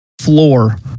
floor